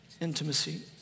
intimacy